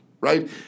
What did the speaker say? right